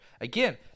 again